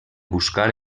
buscar